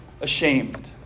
ashamed